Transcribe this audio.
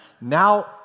now